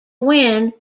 win